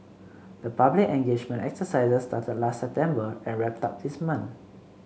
the public engagement exercises started last September and wrapped up this month